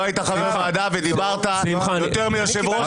לא היית חבר ועדה ודיברת יותר מיושב-ראש